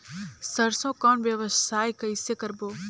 सरसो कौन व्यवसाय कइसे करबो?